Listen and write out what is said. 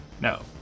No